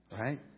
Right